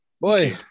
Boy